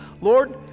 Lord